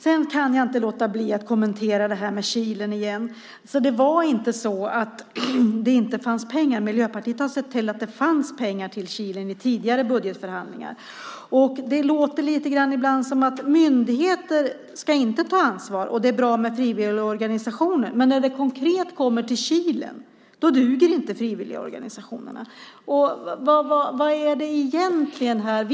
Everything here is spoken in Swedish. Sedan kan jag inte låta bli att kommentera Kilen igen. Det var inte så att det inte fanns pengar. Miljöpartiet har sett till att det fanns pengar till Kilen vid tidigare budgetförhandlingar. Det låter lite grann ibland som att myndigheter inte ska ta ansvar och att det är bra med frivilliga organisationer. Men när det konkret kommer till Kilen duger inte de frivilliga organisationerna. Vad är det egentligen fråga om?